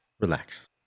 relax